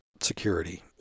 Security